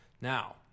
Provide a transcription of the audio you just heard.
Now